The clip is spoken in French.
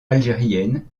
algériennes